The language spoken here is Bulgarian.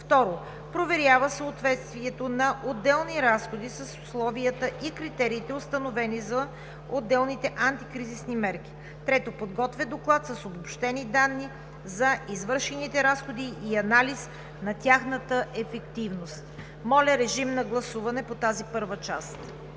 19. 2. Проверява съответствието на отделните разходи с условията и критериите, установени за отделните антикризисни мерки. 3. Изготвя доклад с обобщени данни за извършените разходи и анализ на тяхната ефективност.“ Моля, режим на гласуване по тази първа част.